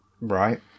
Right